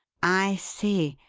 i see.